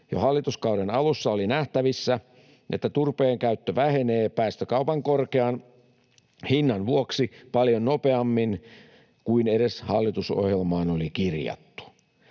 Jo hallituskauden alussa oli nähtävissä, että turpeen käyttö vähenee päästökaupan korkean hinnan vuoksi paljon nopeammin kuin edes hallitusohjelmaan oli kirjattu.